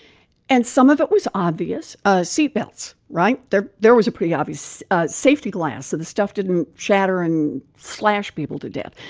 and some of it was obvious ah seatbelts right? there there was a pretty obvious safety glass so the stuff didn't shatter and slash people to death.